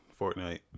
Fortnite